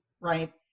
right